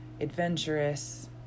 adventurous